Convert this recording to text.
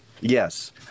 Yes